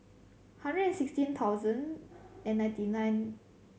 hundred and sixteen thousand and ninety nine